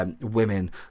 Women